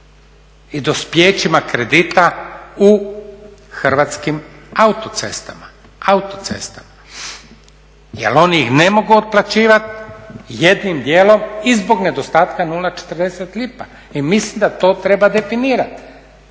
i dospijećima kredita u Hrvatskim autocestama jel oni ih ne mogu otplaćivati jednim dijelom i zbog nedostatka 0,40 lipa i mislim da to treba definirati